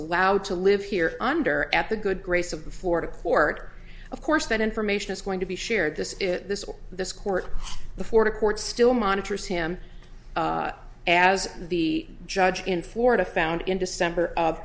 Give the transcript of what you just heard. allowed to live here under at the good grace of before the court of course that information is going to be shared this is this or this court before the court still monitors him as the judge in florida found in december of